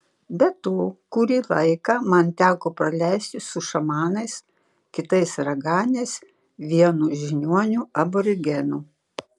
be to kurį laiką man teko praleisti su šamanais kitais raganiais vienu žiniuoniu aborigenu